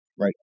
right